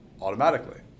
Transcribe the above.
automatically